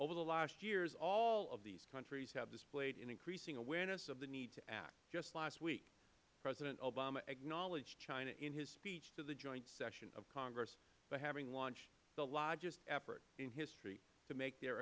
over the last years all of these countries have displayed an increasing awareness of the need to act just last week president obama acknowledged china in his speech to the joint session of congress for having launched the largest effort in history to make their